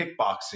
kickboxing